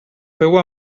feu